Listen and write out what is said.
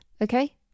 okay